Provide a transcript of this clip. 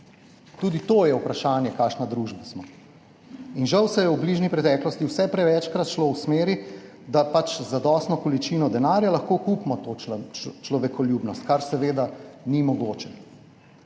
Tudi to je vprašanje, kakšna družba smo. Žal se je v bližnji preteklosti vse prevečkrat šlo v smer, da pač z zadostno količino denarja lahko kupimo to človekoljubnost, kar seveda ni mogoče,